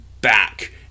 back